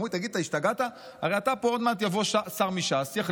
אמרו לי: תגיד, אתה השתגעת?